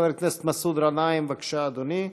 חבר הכנסת מסעוד גנאים, בבקשה, אדוני.